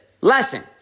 lesson